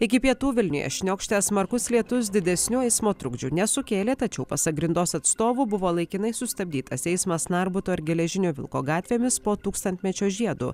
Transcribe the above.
iki pietų vilniuje šniokštė smarkus lietus didesnių eismo trukdžių nesukėlė tačiau pasak grindos atstovų buvo laikinai sustabdytas eismas narbuto ir geležinio vilko gatvėmis po tūkstantmečio žiedu